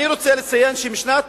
אני רוצה לציין שמשנת